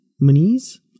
monies